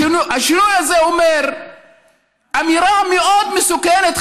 השינוי הזה אומר אמירה מאוד מסוכנת,